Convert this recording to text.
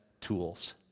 tools